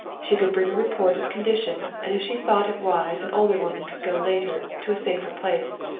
she could bring a report of conditions, and if she thought it wise an older woman could go later, to a safer place.